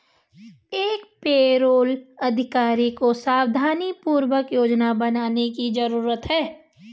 एक पेरोल अधिकारी को सावधानीपूर्वक योजना बनाने की जरूरत है